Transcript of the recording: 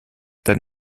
dann